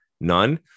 none